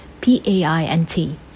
P-A-I-N-T